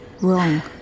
wrong